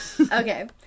Okay